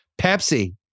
Pepsi